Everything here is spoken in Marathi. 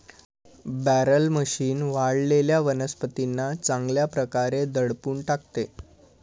बॅलर मशीन वाळलेल्या वनस्पतींना चांगल्या प्रकारे दडपून टाकते